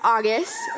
August